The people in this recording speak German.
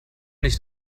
nicht